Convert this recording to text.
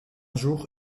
jour